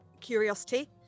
curiosity